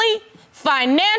financially